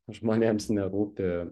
žmonėms nerūpi